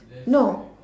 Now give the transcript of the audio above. no